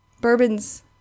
bourbons